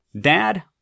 Dad